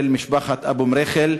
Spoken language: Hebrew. של משפחת אבו מרחיל.